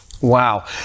Wow